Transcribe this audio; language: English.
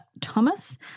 thomas